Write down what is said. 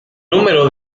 número